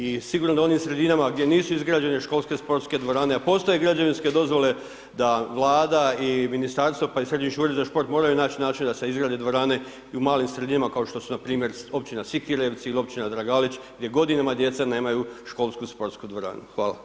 I sigurno da u onim sredinama gdje nisu izgrađene školske sportske dvorane, a postoje građevinske dozvole, da Vlada i ministarstvo, pa i Središnji ured za šport moraju naći način da se izgrade dvorane i u malim sredinama, kao što su npr. općina Sikirevci ili općina Dragalić, gdje godinama djeca nemaju školsku sportsku dvoranu.